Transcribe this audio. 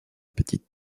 petite